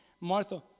Martha